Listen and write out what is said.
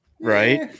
Right